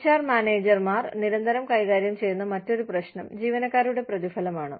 HR മാനേജർമാർ നിരന്തരം കൈകാര്യം ചെയ്യുന്ന മറ്റൊരു പ്രശ്നം ജീവനക്കാരുടെ പ്രതിഫലമാണ്